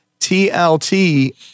TLT